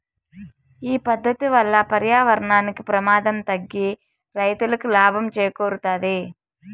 ఈ పద్దతి వల్ల పర్యావరణానికి ప్రమాదం తగ్గి రైతులకి లాభం చేకూరుతాది